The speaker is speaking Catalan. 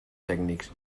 tècnics